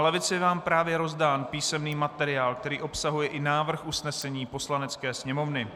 Na lavice je vám právě rozdán písemný materiál, který obsahuje i návrh usnesení Poslanecké sněmovny.